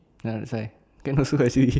ya that's right can also as usually